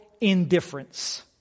indifference